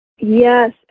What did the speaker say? Yes